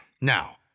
Now